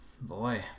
Boy